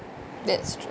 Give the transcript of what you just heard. that's true